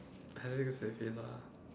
lah